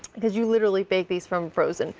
because you literally bake these from frozen,